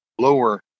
lower